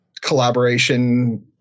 collaboration